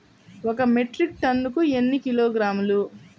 ఒక మెట్రిక్ టన్నుకు ఎన్ని కిలోగ్రాములు?